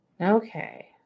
Okay